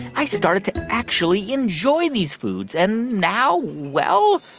i started to actually enjoy these foods. and now, well.